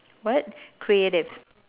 what creative